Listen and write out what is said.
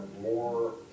more